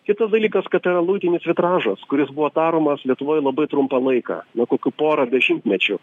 kitas dalykas kad tai yra luitinis vitražas kuris buvo daromos lietuvoj labai trumpą laiką nuo kokių porą dešimtmečių